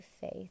faith